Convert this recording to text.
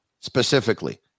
Specifically